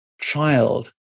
child